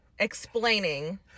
Explaining